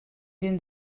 den